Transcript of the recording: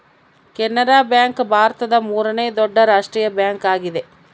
Canara bank ಭಾರತದ ಮೂರನೇ ದೊಡ್ಡ ರಾಷ್ಟ್ರೀಯ ಬ್ಯಾಂಕ್ ಆಗಿದೆ